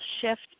shift